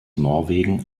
norwegen